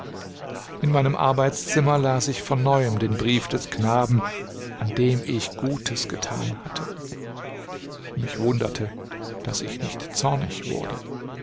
in meinem arbeitszimmer las ich von neuem den brief des knaben an dem ich gutes getan hatte mich wunderte daß ich nicht zornig wurde